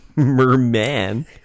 Merman